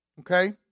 Okay